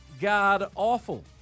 god-awful